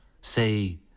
Say